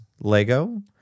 Lego